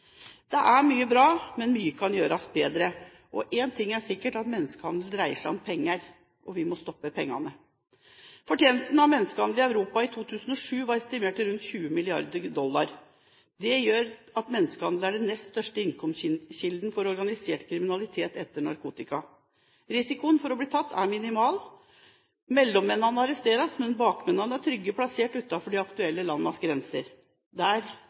Det er mye bra som skjer, men mye kan gjøres bedre. En ting er sikkert: Menneskehandel dreier seg om penger. Vi må stoppe pengene. Fortjenesten av menneskehandel i Europa i 2007 var estimert til rundt 20 mrd. dollar. Det gjør at menneskehandel er den nest største innkomstkilden til organisert kriminalitet etter narkotika. Risikoen for å bli tatt er minimal. Mellommennene arresteres, mens bakmennene er trygt plassert utenfor det aktuelle landets grenser, der